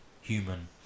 human